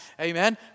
Amen